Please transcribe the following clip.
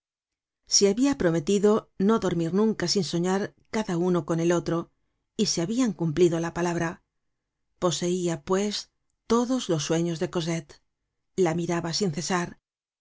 se habian prometido no dormir nunca sin soñar cada uno con el otro y se habian cumplido la palabra poseia pues todos los sueños de cosette la miraba sin cesar